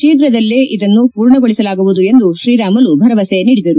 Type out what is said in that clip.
ಶೀಫ್ರದಲ್ಲೇ ಇದನ್ನು ಪೂರ್ಣಗೊಳಿಸಲಾಗುವುದು ಎಂದು ಶ್ರೀರಾಮುಲು ಭರವಸೆ ನೀಡಿದರು